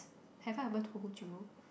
have I ever told you